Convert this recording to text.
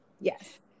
Yes